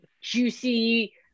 juicy